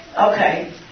Okay